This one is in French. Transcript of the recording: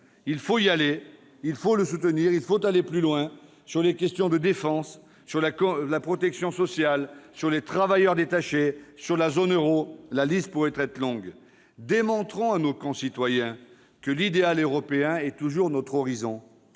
dans ce sens. Il faut le soutenir, il faut aller plus loin, sur les questions de défense, sur la protection sociale, sur les travailleurs détachés, sur la zone euro. La liste est longue. Démontrons à nos concitoyens que l'idéal européen est toujours notre horizon.